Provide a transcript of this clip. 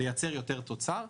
לייצר יותר תוצר.